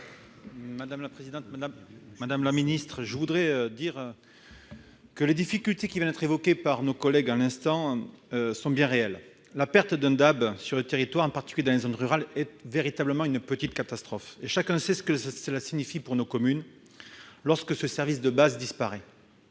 Madame la présidente, madame la secrétaire d'État, les difficultés qui viennent d'être évoquées par nos collègues à l'instant sont bien réelles. La perte d'un DAB sur un territoire, en particulier en zone rurale, est véritablement une petite catastrophe. Et chacun sait ce que cela signifie pour nos communes lorsque ce service de base disparaît